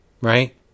right